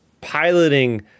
piloting